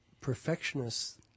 perfectionists